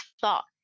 thought